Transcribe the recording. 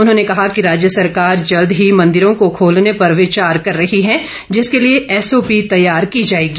उन्होंने कहा कि राज्य सरकार जल्द ही मंदिरों को खोलने पर विचार कर रही है जिसके लिए एसओपी तैयार की जाएगी